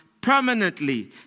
permanently